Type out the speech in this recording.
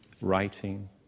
writing